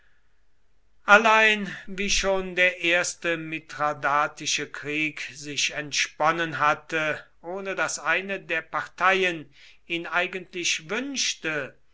allein wie schon der erste mithradatische krieg sich entsponnen hatte ohne daß eine der parteien ihn eigentlich wünschte